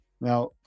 now